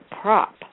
prop